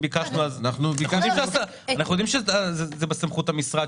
יודעים שזה בסמכות המשרד,